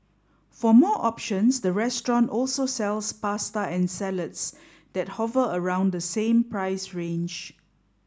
for more options the restaurant also sells pasta and salads that hover around the same price range